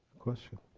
question?